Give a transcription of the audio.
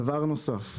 דבר נוסף,